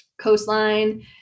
coastline